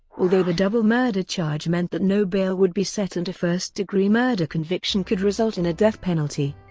although the double murder charge meant that no bail would be set and a first-degree murder conviction could result in a death penalty.